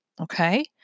Okay